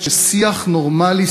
ששיח נורמלי,